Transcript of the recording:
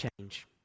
change